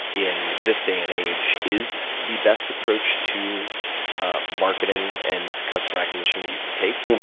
in this day and age, is the best approach to ah marketing and customer acquisition that you can take,